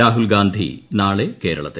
രാഹുൽ ഗാന്ധി നാളെ കേരളത്തിൽ